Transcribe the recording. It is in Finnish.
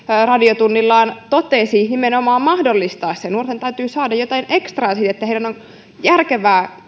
radiotunnillaan totesi nimenomaan mahdollistaa se nuorten täytyy saada jotain ekstraa siitä että työpaikkojen on järkevää